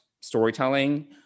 storytelling